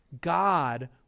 God